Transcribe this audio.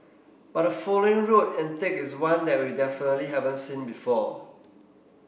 but the following road antic is one that we definitely haven't seen before